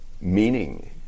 meaning